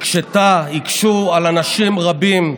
הקשתה, זה הקשה על אנשים רבים,